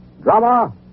Drama